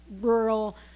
rural